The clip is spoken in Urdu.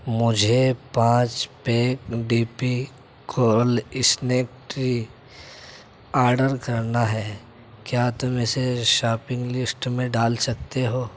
مجھے پانچ pack D P coral snack tray order کرنا ہے کیا تم اسے شاپنگ لسٹ میں ڈال سکتے ہو